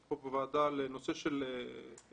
פה בוועדה, על הנושא של מקצועות